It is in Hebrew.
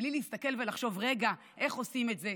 בלי להסתכל ולחשוב רגע איך עושים את זה,